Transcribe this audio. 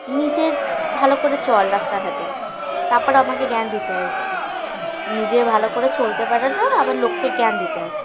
নিজে ভালো করে চল রাস্তাঘাটে তারপর আমাকে জ্ঞান দিতে আসবি নিজে ভালো করে চলতে পারে না আবার লোককে জ্ঞান দিতে আসে